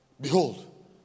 Behold